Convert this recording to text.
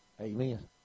Amen